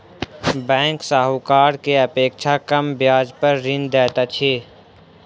bank साहूकार के अपेक्षा कम ब्याज पर ऋण दैत अछि